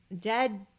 dead